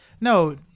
No